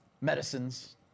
medicines